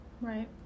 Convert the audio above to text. Right